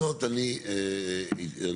את ההצעה הזאת אני הצעתי.